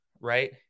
right